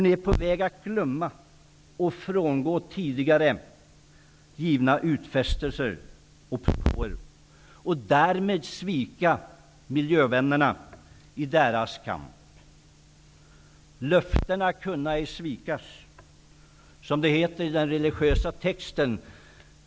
Ni är på väg att glömma och frångå tidigare givna utfästelser och propåer och därmed svika miljövännerna i deras kamp. Löftena kunna ej svikas -- som det heter i den religiösa texten.